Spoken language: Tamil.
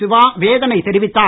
சிவா வேதனை தெரிவித்தார்